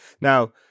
now